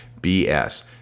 BS